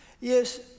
Yes